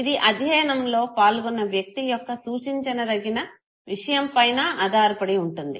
ఇది అధ్యనంలో పాల్గొన్న వ్యక్తి యొక్క సూచించినదగిన విషయంపైనా ఆధారపడి ఉంటుంది